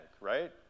right